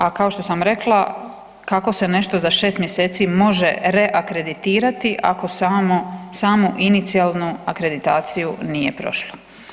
A kao što sam rekla kako se nešto za 6 mjeseci može reakreditirati ako samo, samu inicijalnu akreditaciju nije prošlo?